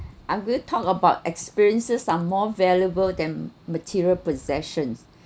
I will talk about experiences are more valuable than material possessions